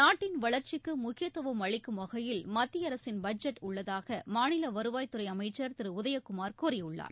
நாட்டின் வளர்ச்சிக்கு முக்கியத்துவம் அளிக்கும் வகையில் மத்திய அரசின் பட்ஜெட் உள்ளதாக மாநில வருவாய் துறை அமைச்சர் திரு உதயக்குமார் கூறியுள்ளார்